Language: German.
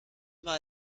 war